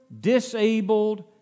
disabled